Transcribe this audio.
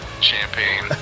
champagne